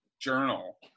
journal